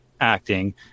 acting